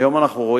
היום אנחנו רואים,